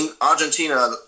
Argentina